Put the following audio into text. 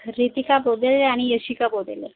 रितिका बोबेले आणि यशिका बोबेले